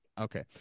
Okay